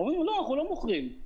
אנחנו לא מוכרים.